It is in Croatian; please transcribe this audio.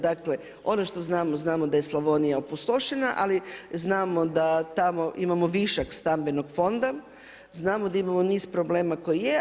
Dakle, ono što znamo, znamo da je Slavonija opustošena ali znamo da tamo imamo višak stambenog fonda, znamo da imamo niz problema koji je.